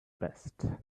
best